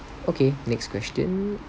okay next question